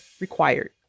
required